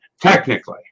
technically